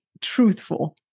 truthful